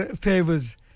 favors